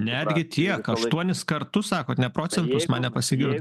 netgi tiek aštuonis kartus sakot ne procentus man nepasigir